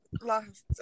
Lost